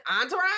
entourage